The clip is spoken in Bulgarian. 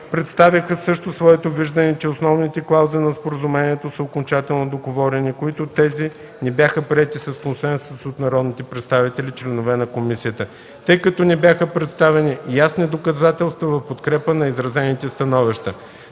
представиха също своето виждане, че основните клаузи на споразумението са окончателно договорени, които тези не бяха приети с консенсус от народните представители, членове на комисията, тъй като не бяха представени ясни доказателства в подкрепа на изразените становища.